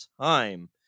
time